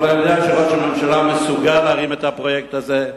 אבל אני יודע שראש הממשלה מסוגל להרים את הפרויקט הזה,